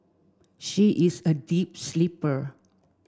she is a deep sleeper